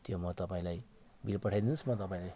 त्यो म तपाईँलाई बिल पठाइदिनु होस् म तपाईँलाई